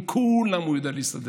עם כו-לם הוא יודע להסתדר.